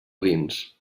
dins